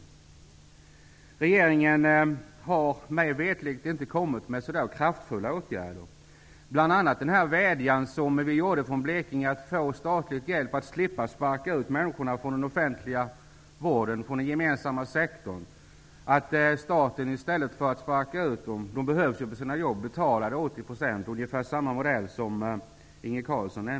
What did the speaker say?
Mig veterligt har inte regeringen föreslagit särskilt kraftfulla åtgärder. Vi från Blekinge framförde en vädjan om att få statlig hjälp för att man skulle slippa att sparka ut människor från den gemensamma sektorn. Vi ville att staten -- i enlighet med Östergötlandsmodellen -- i stället skulle bidra med 80 %. Detta förvägrades vi dock.